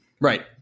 Right